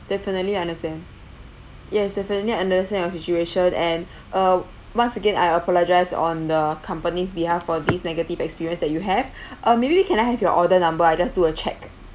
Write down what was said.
definitely I understand yes definitely I understand your situation and uh once again I apologise on the company's behalf for these negative experience that you have uh maybe can I have your order number I just do a check